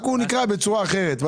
רק הוא נקרא בצורה אחרת.